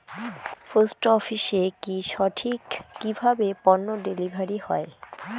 Post অফিসে কি সঠিক কিভাবে পন্য ডেলিভারি হয়?